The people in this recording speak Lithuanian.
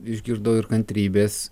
išgirdau ir kantrybės